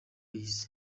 y’isi